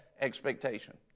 Expectation